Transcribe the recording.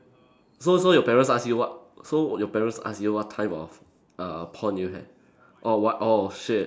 so so your parents ask you what so your parents ask you what type of err porn do you have orh what orh shit